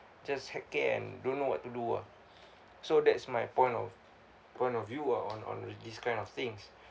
just heck care and don't know what to do ah so that's my point of point of view ah on on these kind of things